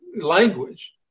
Language